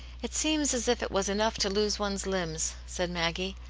it seems as if it was enough to lose one's limbs, said maggie,